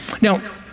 Now